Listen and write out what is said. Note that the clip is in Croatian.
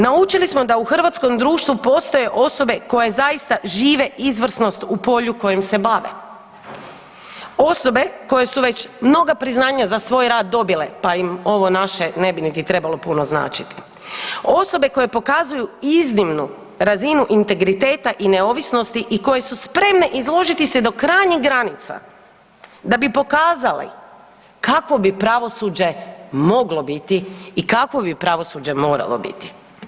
Naučili smo da u hrvatskom društvu postoje osobe koje zaista žive izvrsnost u polju kojim se bave, osobe koje su već mnoga priznanja za svoj rad dobile, pa im ovo naše ne bi niti trebalo puno značiti, osobe koje pokazuju iznimnu razinu integriteta i neovisnosti i koje su spremne izložiti se do krajnjih granica da bi pokazale kako bi pravosuđe moglo biti i kakvo bi pravosuđe moralo biti.